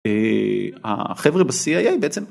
החבר'ה בסי-איי-איי בעצם.